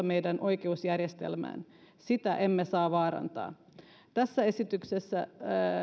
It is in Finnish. meidän oikeusjärjestelmään sitä emme saa vaarantaa tässä esityksessä